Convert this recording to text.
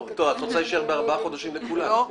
את רוצה להישאר בארבעה חודשים לכולם?